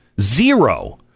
zero